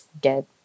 get